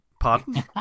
Pardon